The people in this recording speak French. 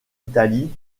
italie